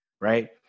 right